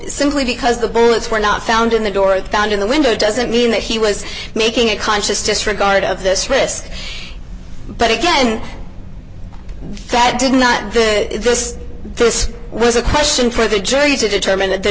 simply because the bullets were not found in the door found in the window doesn't mean that he was making a conscious disregard of this risk but again that did not did this this was a question for the jury to determine that the